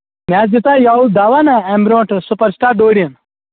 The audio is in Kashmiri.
مےٚ حظ دِژے یَوٕ دَوا نا اَمہِ برٛونٹھ حظ سُپَر سِٹار ڈورٮ۪ن